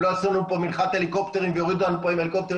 אם לא יעשו לנו פה מנחת הליקופטרים ויורידו לנו פה עם הליקופטרים,